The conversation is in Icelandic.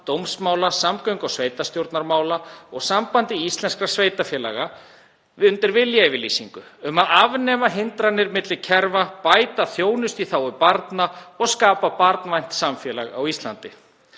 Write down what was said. dómsmála, samgöngu- og sveitarstjórnarmála og Sambandi íslenskra sveitarfélaga, viljayfirlýsingu um að afnema hindranir milli kerfa, bæta þjónustu í þágu barna og skapa barnvænt samfélag á Íslandi.